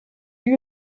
lui